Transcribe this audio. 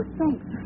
thanks